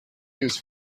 used